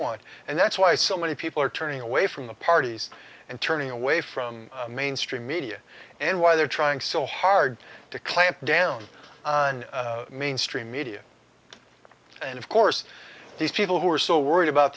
want and that's why so many people are turning away from the parties and turning away from mainstream media and why they're trying so hard to clamp down on mainstream media and of course these people who are so worried about